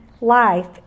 life